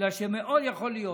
בגלל שמאוד יכול להיות,